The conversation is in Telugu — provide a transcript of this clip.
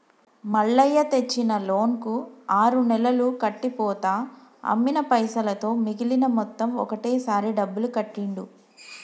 మల్లయ్య తెచ్చిన లోన్ కు ఆరు నెలలు కట్టి పోతా అమ్మిన పైసలతో మిగిలిన మొత్తం ఒకటే సారి డబ్బులు కట్టిండు